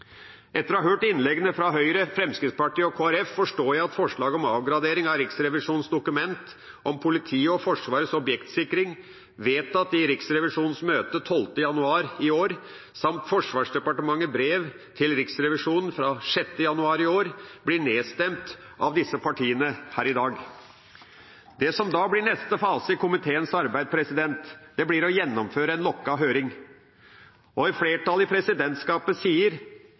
Etter å ha hørt innleggene fra representanter fra Høyre, Fremskrittspartiet og Kristelig Folkeparti forstår jeg at forslaget om avgradering av Riksrevisjonens dokument om politiets og Forsvarets objektsikring vedtatt i Riksrevisjonens møte 12. januar i år, samt Forsvarsdepartementets brev til Riksrevisjonen fra 6. januar i år, blir nedstemt av disse partiene her i dag. Det som da blir neste fase i komiteens arbeid, er å gjennomføre en lukket høring. Flertallet i presidentskapet